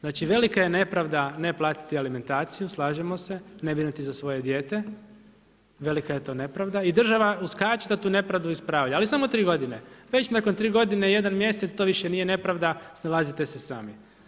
Znači velika je nepravda ne platiti alimentaciju, slažemo se, ne brinuti za svoje dijete, velika je to nepravda i država uskače da tu nepravdu ispravi, ali samo 3 godine, već nakon 3 godine 1 mjesec, to više nije nepravda, snalazite se sami.